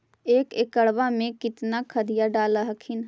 एक एकड़बा मे कितना खदिया डाल हखिन?